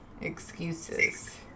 excuses